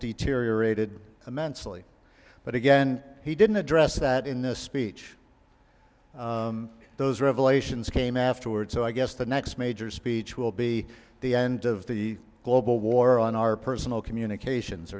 deteriorated immensely but again he didn't address that in this speech those revelations came afterward so i guess the next major speech will be the end of the global war on our personal communications